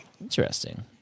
Interesting